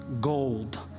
gold